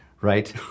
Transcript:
right